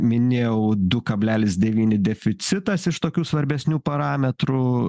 minėjau du kablelis devyni deficitas iš tokių svarbesnių parametrų